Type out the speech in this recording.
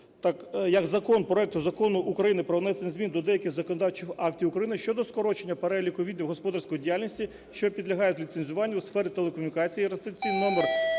як закон проект Закону України про внесення змін до деяких законодавчих актів України щодо скорочення переліку видів господарської діяльності, що підлягають ліцензуванню у сфері телекомунікації,